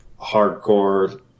hardcore